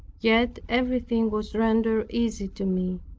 yet everything was rendered easy to me.